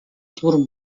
зур